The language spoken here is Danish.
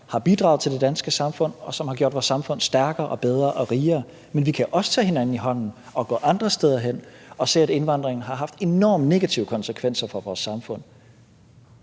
har bidraget til det danske samfund, og som har gjort vores samfund stærkere, bedre og rigere. Men vi kan også tage hinanden i hånden og gå andre steder hen og se, at indvandringen har haft enormt negative konsekvenser for vores samfund.